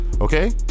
Okay